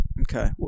Okay